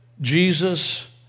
Jesus